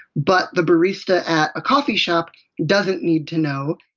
but the barista at a coffee shop doesn't need to know.